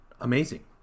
amazing